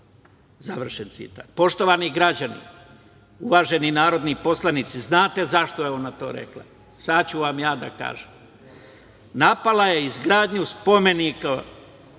Završen citat. Poštovani građani, uvaženi narodni poslanici, znate li zašto je ona to rekla? Sada ću vam ja kazati. Napala je izgradnju spomenika